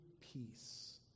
peace